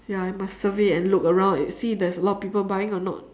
ya you must survey and look around and see if there's a lot people buying or not